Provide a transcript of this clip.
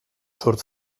surt